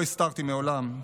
לא הסתרתי מעולם,